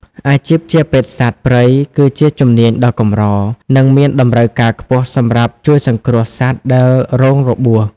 អាជីពជាពេទ្យសត្វព្រៃ គឺជាជំនាញដ៏កម្រ និងមានតម្រូវការខ្ពស់សម្រាប់ជួយសង្គ្រោះសត្វដែលរងរបួស។